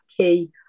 key